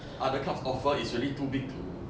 other clubs offer is really too big